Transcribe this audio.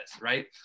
right